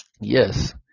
yes